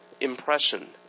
impression